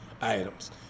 items